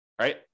right